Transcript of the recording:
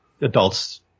adults